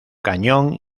cañón